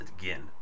again